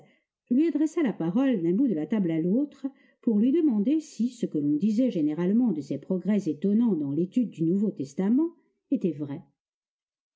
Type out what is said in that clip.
lui adressa la parole d'un bout de la table à l'autre pour lui demander si ce que l'on disait généralement de ses progrès étonnants dans l'étude du nouveau testament était vrai